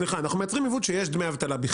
אנחנו מייצרים עיוות בזה שבכלל יש דמי אבטלה.